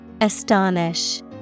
Astonish